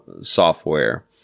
software